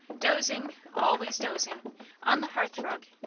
dozing always dozing on the hearth-rug,